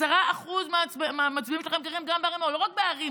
10% מהמצביעים שלכם גרים לא רק בערים